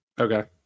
Okay